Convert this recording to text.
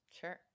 Sure